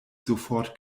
sofort